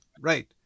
right